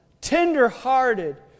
tender-hearted